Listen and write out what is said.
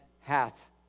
hath